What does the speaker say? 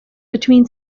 between